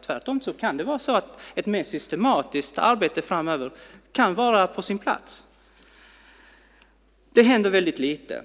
Tvärtom kan det vara så att ett mer systematiskt arbete framöver kan vara på sin plats. Det händer väldigt lite.